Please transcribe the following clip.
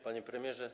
Panie Premierze!